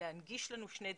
להנגיש לנו שני דברים.